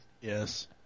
Yes